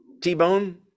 T-bone